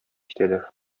китәләр